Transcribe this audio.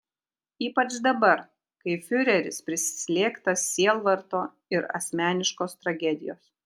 ypač dabar kai fiureris prislėgtas sielvarto ir asmeniškos tragedijos